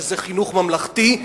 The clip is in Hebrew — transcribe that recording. שזה החינוך הממלכתי,